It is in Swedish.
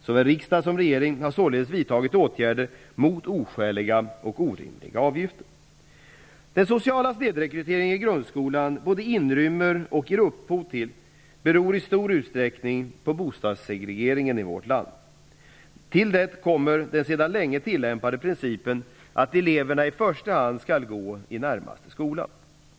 Såväl riksdag som regering har således vidtagit åtgärder mot oskäliga och orimliga avgifter. Den sociala snedrekrytering som grundskolan både inrymmer och ger upphov till beror i stor utsträckning på bostadssegregeringen i vårt land. Till det kommer den sedan länge tillämpade principen att eleverna i första hand skall gå i närmaste skola.